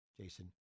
Jason